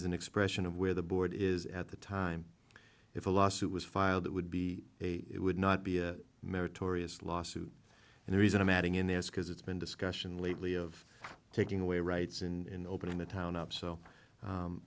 is an expression of where the board is at the time if a lawsuit was filed that would be a it would not be a meritorious lawsuit and the reason i'm adding in there is because it's been discussion lately of taking away rights in opening the town up so